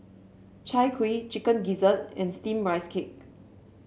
Chai Kuih Chicken Gizzard and steamed Rice Cake